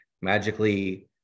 magically